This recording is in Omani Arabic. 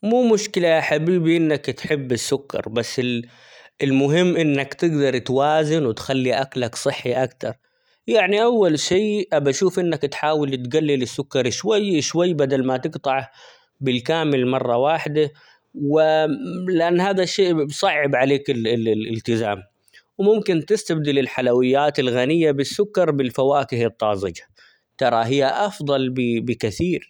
مو مشكلة يا حبيبي إنك تحب السكر ،بس المهم إنك تقدر توازن، وتخلي أكلك صحي أكتر يعني أول شي أبشوف إنك تحاول تقلل السكر شوي شوي بدل ما تقطع بالكامل مرة واحدة و لأن هذا الشيء صعب عليك -ال-الالتزام ،وممكن تستبدل الحلويات الغنية بالسكر بالفواكه الطازجة ترى هي أفضل -بي- بكثير.